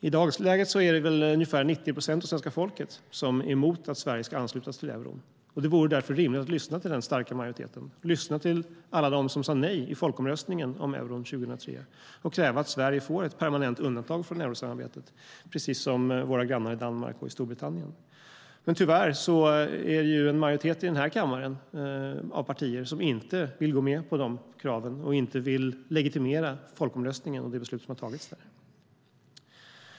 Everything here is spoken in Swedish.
I dagsläget är det ungefär 90 procent av svenska folket som är emot att Sverige ska ansluta sig till euron. Det vore därför rimligt att lyssna till den starka majoriteten och lyssna till alla dem som sade nej i folkomröstningen om euron 2003 och kräva att Sverige får ett permanent undantag från eurosamarbetet precis som våra grannar i Danmark och Storbritannien. Tyvärr är det en majoritet i den här kammaren av partier som inte vill gå med på dessa krav. De vill inte legitimera folkomröstningen och det beslut som har fattats där.